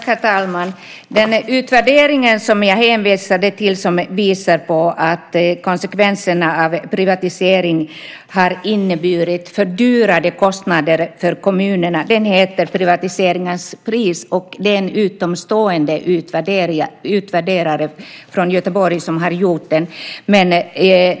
Herr talman! Den utvärdering som jag hänvisade till som visar på att konsekvenserna av privatisering har inneburit ökade kostnader för kommunerna heter Privatiseringens pris . Det är utomstående utvärderare från Göteborg som har gjort den.